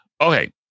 okay